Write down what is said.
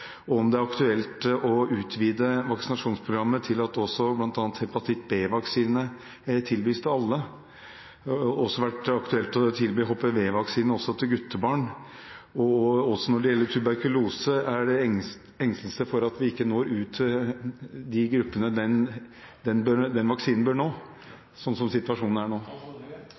og om det er aktuelt å utvide vaksinasjonsprogrammet, slik at bl.a. hepatitt B-vaksine tilbys til alle. I tillegg har det vært aktuelt å tilby HPV-vaksine også til guttebarn, og også når det gjelder tuberkulose, er det engstelse for at vi ikke når ut til de gruppene den vaksinen bør nå, sånn som situasjonen er nå. Store studier med registerkobling er nå